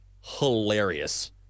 hilarious